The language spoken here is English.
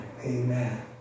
Amen